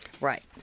right